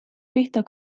pihta